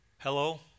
Hello